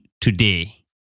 today